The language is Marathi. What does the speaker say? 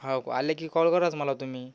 हो आले की कॉल कराच मला तुम्ही